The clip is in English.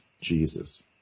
Jesus